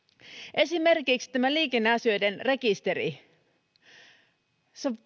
esimerkiksi tämä liikenneasioiden rekisteri se